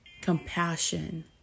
compassion